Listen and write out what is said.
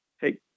hey